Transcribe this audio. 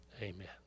amen